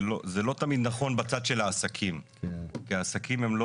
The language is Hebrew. זה לא תמיד נכון בצד של העסקים כי העסקים הם לא